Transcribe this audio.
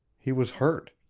he was hurt.